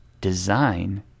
design